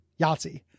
Yahtzee